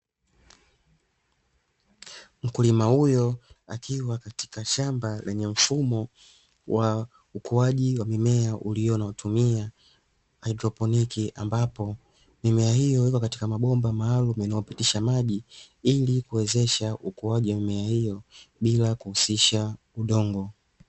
Mkulima huyo akiwa katika shamba lenye mfumo wa ukuaji wa mimea unaotumia haidroponi, ambapo mimea hiyo iko katika mabomba maalumu yanayopitisha maji, ili kuwezesha ukuaji wa mimea hiyo bila kuhusisha udongo.